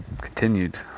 continued